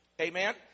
Amen